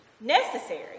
Necessary